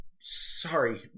Sorry